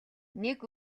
нэг